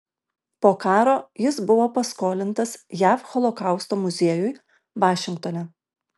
po karo jis buvo paskolintas jav holokausto muziejui vašingtone